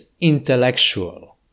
intellectual